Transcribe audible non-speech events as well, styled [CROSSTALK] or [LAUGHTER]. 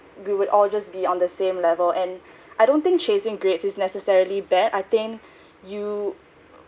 we would all just be on the same level and I don't think chasing grades is necessarily bad I think [BREATH] you